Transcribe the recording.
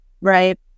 right